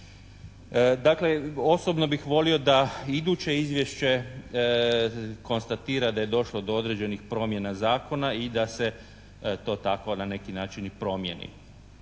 Dakle, osobno bih volio da iduće izvješće konstatira da je došlo do određenih promjena zakona i da se to tako na neki način i promijeni.